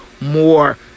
more